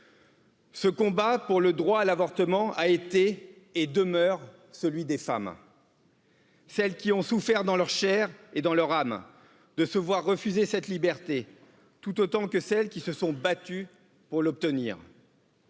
Ce combat pour le droit à l'avortement a été et demeure celui des femmes Celles quii ont souffert dans leur chair et dans leur âme de se voir refuser cette liberté, tout autant que celles qui se sont battues pour l'obtenir.